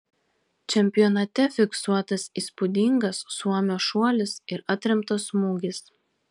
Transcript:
čempionate fiksuotas įspūdingas suomio šuolis ir atremtas smūgis